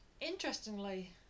interestingly